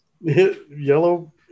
Yellow